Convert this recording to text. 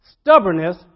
stubbornness